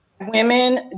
women